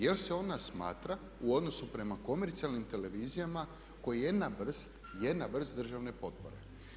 Jel se ona smatra u odnosu prema komercijalnim televizijama kao jedna vrst državne potpore.